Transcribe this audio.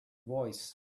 voice